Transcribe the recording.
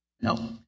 No